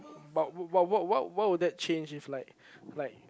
but what what why would that change if like like